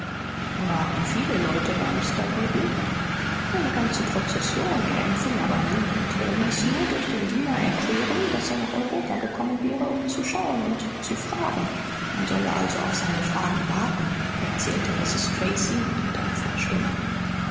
waren viele leute bei mr guru eine ganze prozession er empfing aber niemand er ließ nur durch den diener erklären daß er nach europa gekommen wäre um zu schauen und zu fragen man solle also auf seine fragen warten erzählte mrs tracy mit gedämpfter stimme